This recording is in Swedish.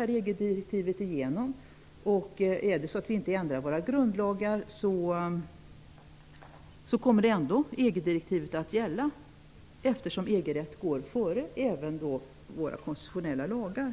EG-direktivet går igenom och vi inte ändrar våra grundlagar kan jag inte förstå annat än att EG direktivet i alla fall kommer att gälla. EG-rätt går före våra konstitutionella lagar.